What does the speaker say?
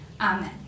Amen